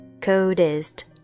Coldest